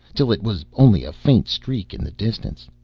till it was only a faint streak in the distance.